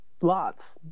lots